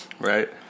Right